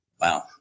wow